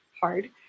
hard